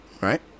right